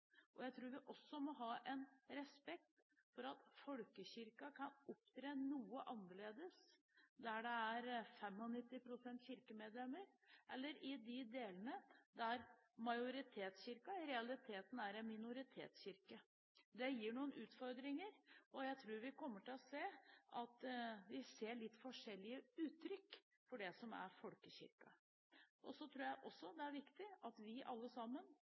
Jeg tror vi også må ha en respekt for at folkekirken kan opptre noe annerledes der det er 95 pst. kirkemedlemmer enn i de delene der majoritetskirken i realiteten er en minoritetskirke. Det gir noen utfordringer, og jeg tror vi kommer til å se at vi får litt forskjellige uttrykk for det som er folkekirken. Så tror jeg også det er viktig at vi alle sammen